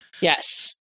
Yes